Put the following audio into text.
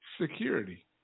Security